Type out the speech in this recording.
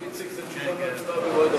איציק, תשובה והצבעה במועד אחר.